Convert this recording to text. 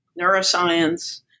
neuroscience